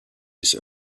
his